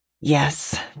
Yes